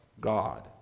God